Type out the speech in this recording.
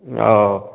और